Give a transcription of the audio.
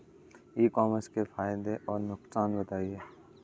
ई commerce के फायदे और नुकसान बताएँ?